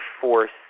force